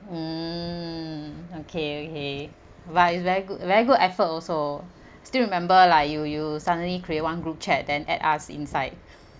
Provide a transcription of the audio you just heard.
mm okay okay but is very good very good effort also still remember lah you you suddenly create one group chat then add us inside